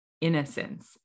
innocence